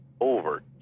over